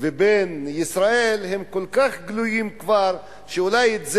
ובין ישראל הם כל כך גלויים כבר, שאולי את זה,